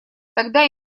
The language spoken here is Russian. тогда